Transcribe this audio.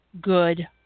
good